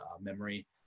memory